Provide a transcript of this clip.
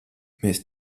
mēs